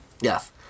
Yes